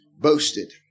Boasted